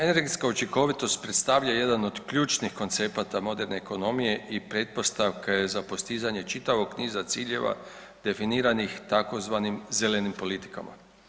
Energetska učinkovitost predstavlja jedan od ključnih koncepata moderne ekonomije i pretpostavka je za postizanje čitavog niza ciljeva definiranih tzv. zelenim politikama.